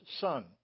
son